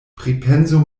pripensu